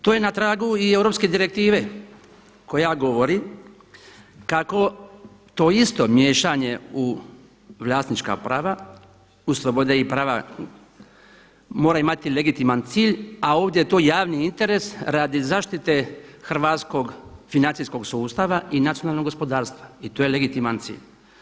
Tu je na tragu i europske direktive koja govori kako to isto miješanje u vlasnička prava, u slobode i prava mora imati legitiman cilj, a ovdje je to javni interes radi zaštite hrvatskog financijskog sustava i nacionalnog gospodarstva i to je legitiman cilj.